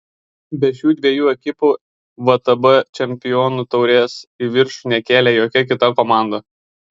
be šių dviejų ekipų vtb čempionų taurės į viršų nekėlė jokia kita komanda